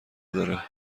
داره